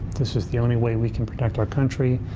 this is the only way we can protect our country,